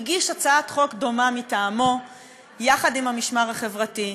הגיש הצעת חוק דומה מטעמו יחד עם "המשמר החברתי".